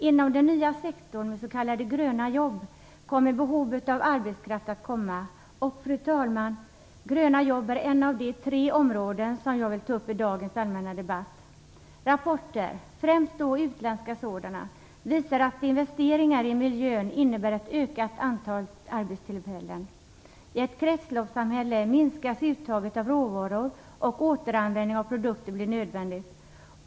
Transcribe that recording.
Inom den nya sektorn med s.k. gröna jobb kommer behov av arbetskraft att uppstå, och, fru talman, gröna jobb är ett av de tre områden som jag vill ta upp i dagens allmänna debatt. Rapporter, främst utländska sådana, visar att investeringar i miljön innebär ett ökat antal arbetstillfällen. I ett kretsloppssamhälle minskas uttaget av råvaror och återanvändning av produkter blir nödvändigt.